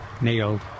nailed